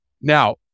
Now